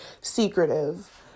secretive